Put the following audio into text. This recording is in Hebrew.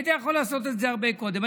היית יכול לעשות את זה הרבה קודם.